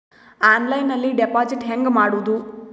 ಆನ್ಲೈನ್ನಲ್ಲಿ ಡೆಪಾಜಿಟ್ ಹೆಂಗ್ ಮಾಡುದು?